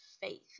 faith